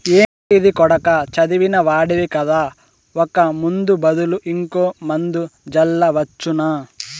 ఏంటిది కొడకా చదివిన వాడివి కదా ఒక ముందు బదులు ఇంకో మందు జల్లవచ్చునా